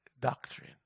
doctrine